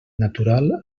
natural